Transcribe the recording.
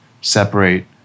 separate